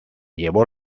llevó